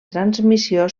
transmissió